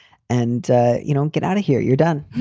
and you don't get out of here. you're done